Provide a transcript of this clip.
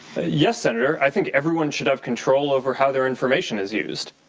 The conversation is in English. yes, senator. i think everyone should have control over how their information is used.